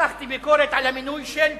כשמתחתי ביקורת על המינוי של טוויזר,